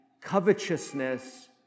covetousness